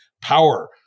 power